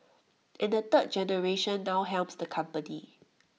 and the third generation now helms the company